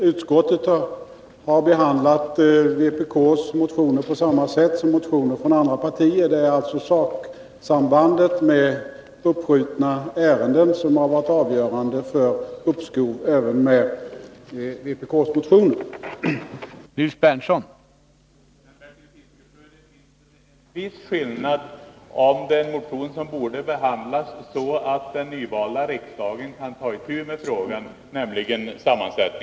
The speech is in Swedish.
Herr talman! Nej, Bertil Fiskesjö, det är en viss skillnad om det gäller en motion som borde behandlas så att den nyvalda riksdagen kan ta itu med frågan, nämligen sammansättningen av riksdagens utskott.